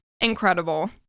incredible